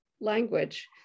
language